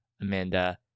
Amanda